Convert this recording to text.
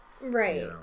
Right